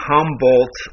Humboldt